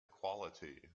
quality